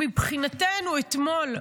מבחינתנו אתמול,